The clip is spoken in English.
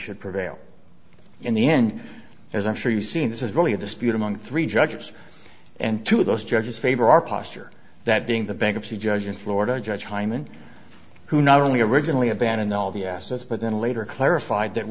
should prevail in the end as i'm sure you see this is really a dispute among three judges and two of those judges favor our posture that being the bankruptcy judge in florida judge hyman who not only originally abandoned all the assets but then later clarified that